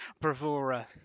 bravura